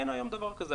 אין היום דבר כזה.